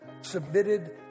submitted